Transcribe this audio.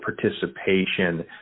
participation